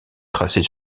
tracée